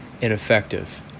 ineffective